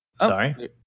Sorry